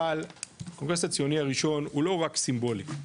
אבל הקונגרס הציוני הראשון הוא לא רק סימבולי,